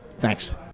Thanks